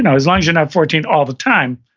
and as long as you're not fourteen all the time.